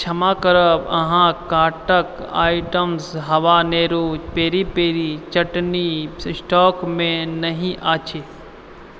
क्षमा करब अहाँके कार्टके आइटमसँ हबानेरो पेरी पेरी चटनी स्टॉकमे नहि अछि